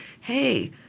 Hey